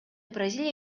бразилия